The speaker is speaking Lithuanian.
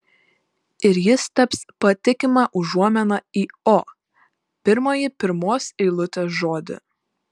ir jis taps patikima užuomina į o pirmąjį pirmos eilutės žodį